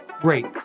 great